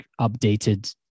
updated